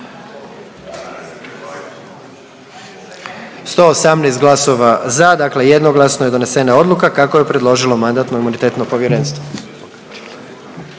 118 glasova za, dakle jednoglasno je donesena odluka kako je predložilo Mandatno-imunitetno povjerenstvo.